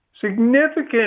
Significant